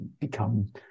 become